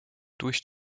durch